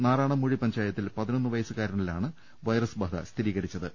നാറാണംമൂഴി പഞ്ചായ ത്തിൽ പതിനൊന്ന് വയസ്സുകാരനിലാണ് വൈറസ് ബാധ സ്ഥിരീകരിച്ച ത്